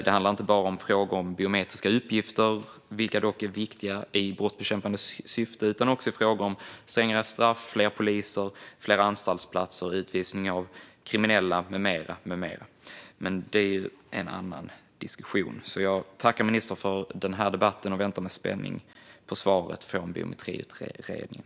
Det handlar inte bara om frågor om biometriska uppgifter, vilka är viktiga i brottsbekämpande syfte, utan det handlar också om frågor om strängare straff, fler poliser, fler anstaltsplatser och utvisningar av kriminella, med mera. Men det är en annan diskussion. Jag tackar ministern för debatten och väntar med spänning på svaret från Biometriutredningen.